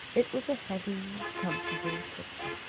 it was a heavy, comfortable footstep,